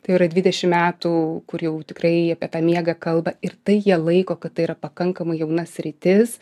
tai yra dvidešimt metų kur jau tikrai apie tą miegą kalba ir tai jie laiko kad tai yra pakankamai jauna sritis